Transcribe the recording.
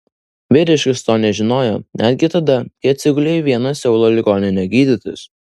vyriškis to nežinojo netgi tada kai atsigulė į vieną seulo ligoninę gydytis